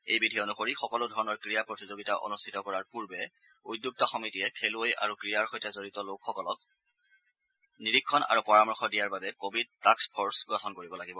এই বিধি অনুসৰি সকলোধৰণৰ ক্ৰীড়া প্ৰতিযোগিতা অনুষ্ঠিত কৰাৰ পূৰ্বে উদ্যোক্তা সমিতিয়ে খেলুৱৈ আৰু ক্ৰীড়াৰ সৈতে জড়িত লোকসলক নিৰীক্ষণ আৰু পৰামৰ্শ দিয়াৰ বাবে কোৱিড টাস্ক ফৰ্চ গঠন কৰিব লাগিব